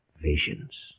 visions